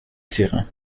tyran